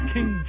King